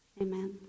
amen